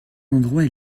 endroits